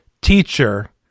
teacher